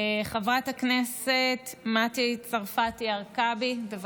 חברת הכנסת מטי צרפתי הרכבי, בבקשה,